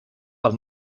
pel